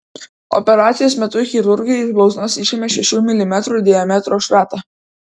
operacijos metu chirurgai iš blauzdos išėmė šešių milimetrų diametro šratą